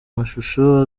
amashusho